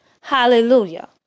Hallelujah